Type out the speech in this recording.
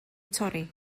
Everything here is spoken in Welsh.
torri